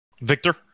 Victor